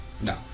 No